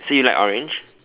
so you like orange